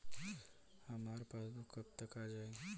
हमार पासबूक कब तक आ जाई?